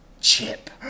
Chip